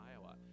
Iowa